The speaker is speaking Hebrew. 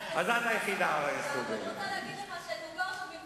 אז אני רוצה להגיד לך שדובר שם במפורש שנושא